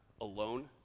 alone